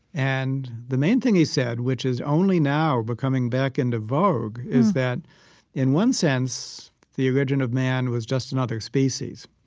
and the main thing he said, which is only now becoming back into vogue, is that in one sense the origin of man was just another species.